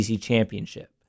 championship